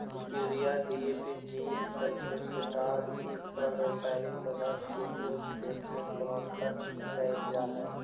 urea, DAP, zinc sulphate, potash इ सब रसायनिक पदार्थ के उपयोग खेत में सामान्यतः कईल जा हई